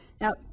Now